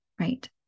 right